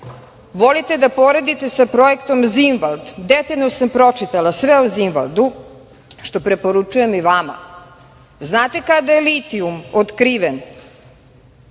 Volite da poredite sa projektom „Zinvald“, detaljno sam pročitala sve o „Zinvaldu“, što preporučujem i vama. Znate li kada je litijum otkriven